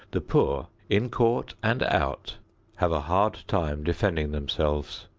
the poor in court and out have a hard time defending themselves.